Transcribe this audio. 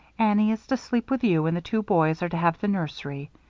annie is to sleep with you and the two boys are to have the nursery.